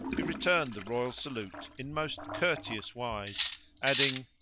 he returned the royal salute in most courteous wise adding,